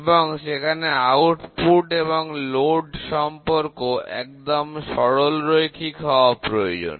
এবং সেখানে আউটপুট এবং লোড সম্পর্ক একদম সরল রৈখিক হওয়া প্রয়োজন